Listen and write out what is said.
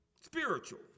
spiritual